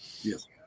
yes